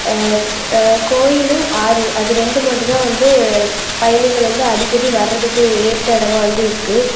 கோயிலும் ஆறு அது ரெண்டும் மட்டும் தான் வந்து பயணிகள் வந்து அடிக்கடி வர்றத்துக்கு ஏற்ற இடமா வந்து இருக்குது